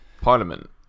Parliament